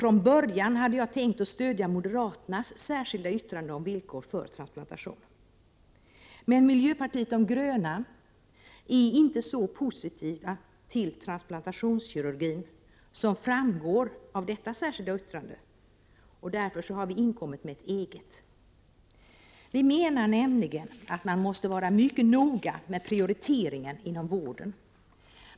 Från början hade jag tänkt stödja moderaternas särskilda yttrande om villkor för transplantation. Men miljöpartiet de gröna är inte så positivt till transplantationskirurgin, som framgår av detta särskilda yttrande. Därför har vi inkommit med ett eget. Vi menar nämligen att man måste vara mycket noga med prioriteringar inom vården.